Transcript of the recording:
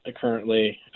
currently